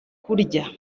kurya